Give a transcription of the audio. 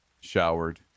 showered